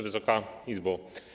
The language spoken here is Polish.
Wysoka Izbo!